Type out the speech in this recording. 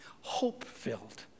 hope-filled